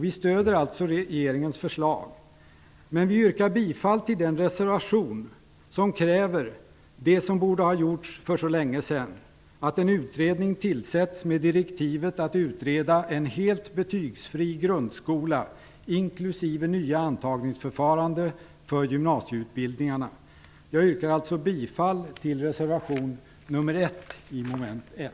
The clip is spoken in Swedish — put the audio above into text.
Vi stöder regeringens förslag, men vi yrkar bifall till den reservation där det krävs att en utredning skall tillsättas med direktivet att utreda en helt betygsfri grundskola, inklusive nya antagningsförfaranden när det gäller gymnasieutbildningarna. Detta borde ha gjorts för länge sedan. Jag yrkar alltså bifall till reservation nr 1 under mom. 1.